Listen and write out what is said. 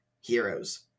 heroes